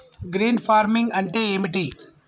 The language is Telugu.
గ్రీన్ ఫార్మింగ్ అంటే ఏమిటి?